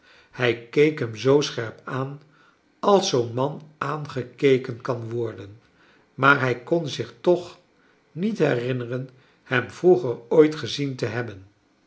hij keek hem zoo scherp aan als zoo'n man aangekeken kan worden maar hij kon zich toch niet herinneren hem vroeger ooit gezlen to hebben